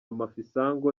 mafisango